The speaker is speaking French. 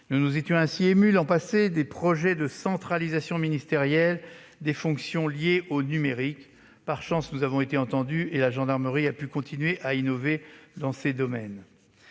Nous nous étions ainsi émus, l'année dernière, des projets de centralisation ministérielle des fonctions liées au numérique. Par chance, nous avons été entendus et la gendarmerie a pu continuer à innover dans ce domaine.